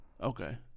Okay